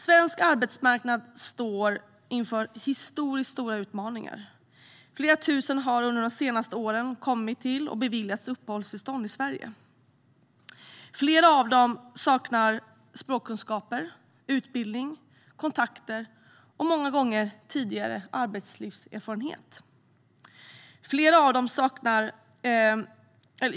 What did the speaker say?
Svensk arbetsmarknad står inför historiskt stora utmaningar. Flera tusen har under de senaste åren kommit till Sverige och beviljats uppehållstillstånd här. Flera av dem saknar språkkunskaper, utbildning, kontakter och många gånger tidigare arbetslivserfarenhet.